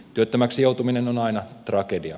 työttömäksi joutuminen on aina tragedia